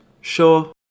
Sure